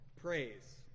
praise